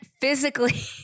physically